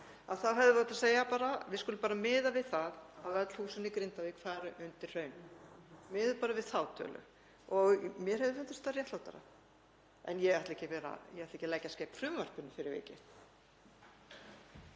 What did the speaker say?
við hefðum átt að segja: Við skulum miða við það að öll húsin í Grindavík fari undir hraun, miðum bara við þá tölu. Mér hefði fundist það réttlátara. En ég ætla ekki að leggjast gegn frumvarpinu fyrir vikið.